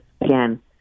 Again